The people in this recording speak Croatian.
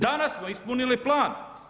Danas smo ispunili plan.